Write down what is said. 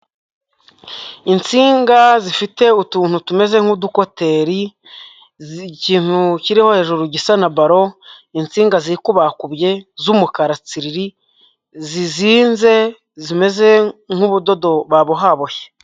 Insinga zifite utuntu tumeze nk'udukoteri kiriho hejuru gisa na ballon insinga zikubakubye z'umukara tsiriri zizinze zimeze nk'ubudodo babohaboshye.